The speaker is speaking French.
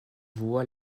voix